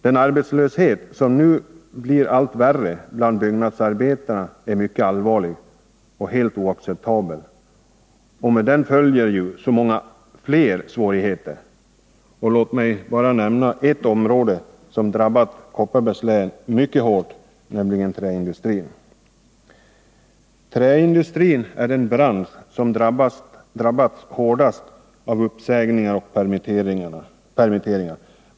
Den arbetslöshet som nu blir allt värre bland byggnadsarbetarna är mycket allvarlig och helt oacceptabel, och med den följer ju så många fler svårigheter. Låt mig bara nämna ett område som drabbat Kopparbergs län mycket hårt, nämligen träindustrin. Träindustrin är den bransch som drabbats hårdast av uppsägningar och permitteringar.